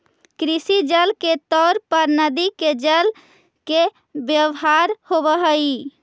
कृषि जल के तौर पर नदि के जल के व्यवहार होव हलई